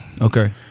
okay